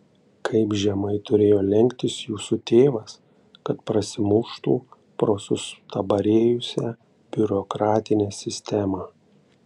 kaip žemai turėjo lenktis jūsų tėvas kad prasimuštų pro sustabarėjusią biurokratinę sistemą